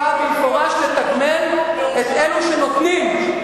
באה במפורש לתגמל את אלה שנותנים".